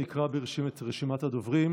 אני אקרא את רשימת הדוברים.